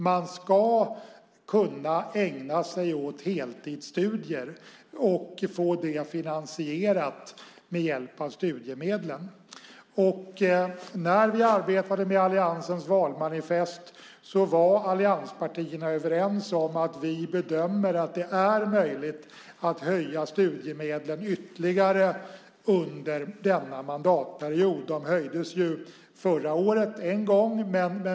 Man ska kunna ägna sig åt heltidsstudier och få det finansierat med hjälp av studiemedlen. När vi arbetade med alliansens valmanifest var allianspartierna överens om att det är möjligt att höja studiemedlen ytterligare under mandatperioden. De höjdes förra året en gång.